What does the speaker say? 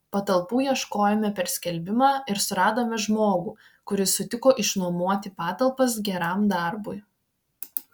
patalpų ieškojome per skelbimą ir suradome žmogų kuris sutiko išnuomoti patalpas geram darbui